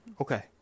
Okay